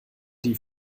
die